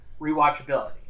Rewatchability